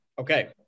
Okay